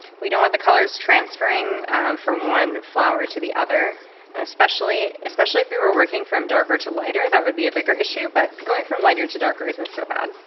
we don't want the colors transferring from one flower to the other and especially, especially if we were working from darker to lighter, that would be a bigger issue, but going from lighter to darker, isn't so bad.